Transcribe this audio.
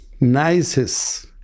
nicest